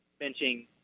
benching